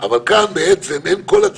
זה פשוט בלתי נסבל וזה לא מתקבל על